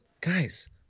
Guys